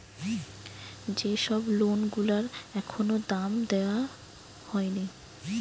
যে সব লোন গুলার এখনো দাম দেওয়া হয়নি